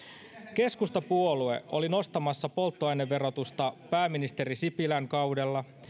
keskustapuolue oli nostamassa polttoaineverotusta pääministeri sipilän kaudella